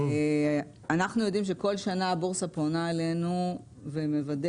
אנחנו יודעים שכל שנה הבורסה פונה אלינו ואנחנו